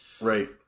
Right